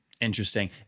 Interesting